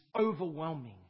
overwhelming